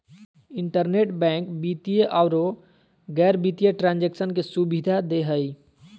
internet bank वित्तीय औरो गैर वित्तीय ट्रांन्जेक्शन के सुबिधा दे हइ